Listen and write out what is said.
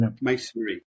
masonry